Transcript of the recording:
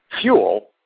fuel